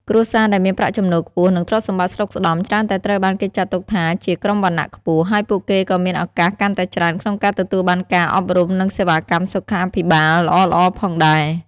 គ្រួសារដែលមានប្រាក់ចំណូលខ្ពស់ និងទ្រព្យសម្បត្តិស្តុកស្តម្ភច្រើនតែត្រូវបានគេចាត់ទុកថាជាក្រុមវណ្ណៈខ្ពស់ ហើយពួកគេក៏មានឱកាសកាន់តែច្រើនក្នុងការទទួលបានការអប់រំនិងសេវាកម្មសុខាភិបាលល្អៗផងដែរ។